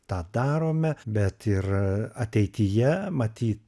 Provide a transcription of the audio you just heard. tą darome bet ir ateityje matyt